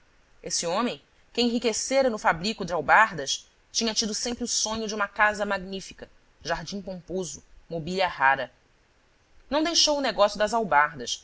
esse homem que enriquecera no fabrico de albardas tinha tido sempre o sonho de uma casa magnífica jardim pomposo mobília rara não deixou o negócio das albardas